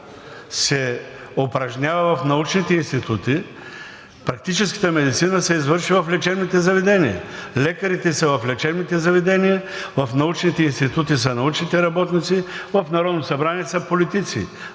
се упражнява в научните институти, практическата медицина се извършва в лечебните заведения. Лекарите са в лечебните заведения, в научните институти са научните работници, в Народното събрание са политици.